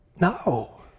No